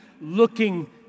looking